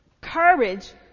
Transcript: Courage